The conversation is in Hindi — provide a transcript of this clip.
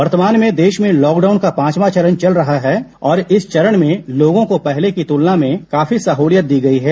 वर्तमान में देश में लॉकडाउन का पांचवा चरण चल रहा है और इस चरण में लोगों को पहले की तुलना में काफी सहूलियत दी गई है